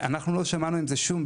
ואנחנו לא שמענו שיש עם זה בעיות.